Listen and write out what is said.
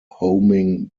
homing